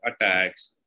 attacks